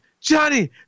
johnny